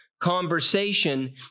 conversation